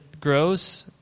grows